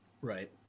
right